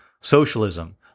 socialism